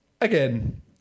again